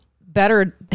Better